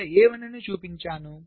ఇక్కడ నేను A1 నీ చూపించాను